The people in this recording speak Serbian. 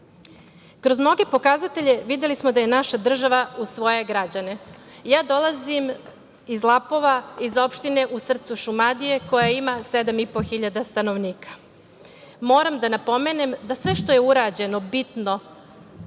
mnoge pokazatelje videli smo da je naša država uz svoje građane. Ja dolazim iz Lapova, iz opštine u srce Šumadije koja ima 7.500 stanovnika. Moram da napomenem da sve što je urađeno bitno